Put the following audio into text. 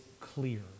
clear